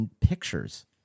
pictures